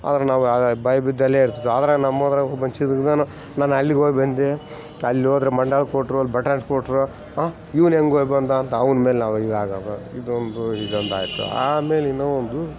ಆದ್ರೆ ನಾವು ಆಗಾಗ ಭಯ ಬಿದ್ದು ಅಲ್ಲೇ ಇರ್ತಿದ್ವು ಆದರೆ ನಮ್ಮೊದ್ರಾಗೆ ಒಬ್ಬ ನಾನು ಅಲ್ಲಿಗೆ ಹೋಗಿ ಬಂದೆ ಅಲ್ಲಿ ಹೋದ್ರೆ ಮಂಡಾಲ್ ಕೊಟ್ಟರು ಅಲ್ಲಿ ಬಟಾಲ್ ಕೊಟ್ಟರು ಹಾಂ ಇವ್ನು ಹೆಂಗೆ ಹೋಗಿ ಬಂದಾಂತ ಅವ್ನ ಮೇಲೆ ನಾವು ಇದಾಗೋದು ಇದು ಒಂದು ಇದೊಂದು ಆಯ್ತು ಆಮೇಲೆ ಇನ್ನು ಒಂದು